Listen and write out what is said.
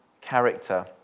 character